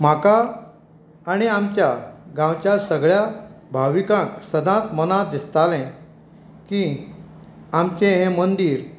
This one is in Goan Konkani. म्हाका आनी आमच्या गांवच्या सगल्या भाविकांक सदांच मना दिसतालें की आमचें हें मंदीर